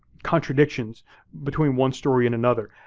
contradictions between one story and another.